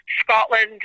Scotland